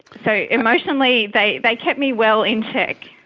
so emotionally they they kept me well in check.